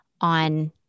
on